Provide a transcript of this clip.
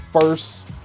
first